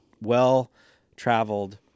well-traveled